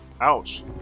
Ouch